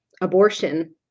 abortion